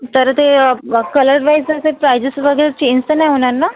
तर ते colour wise असे प्रायजेस वगैरे चेंज तर नाही होणार ना